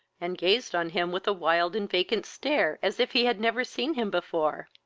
and gazed on him with a wild and vacant stare, as if he had never seen him before,